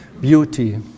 beauty